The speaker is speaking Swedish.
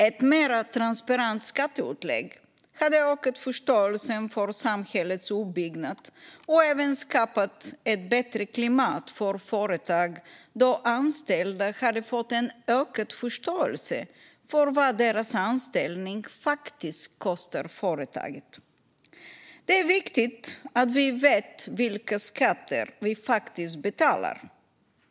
Ett mer transparent skatteuttag hade ökat förståelsen för samhällets uppbyggnad och även skapat ett bättre klimat för företag då anställda hade fått en ökad förståelse för vad deras anställning kostar företaget. Det är viktigt att vi vet vilka skatter vi betalar.